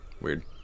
weird